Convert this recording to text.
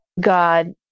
god